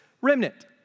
remnant